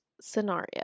scenario